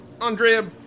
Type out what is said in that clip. Andrea